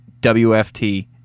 WFT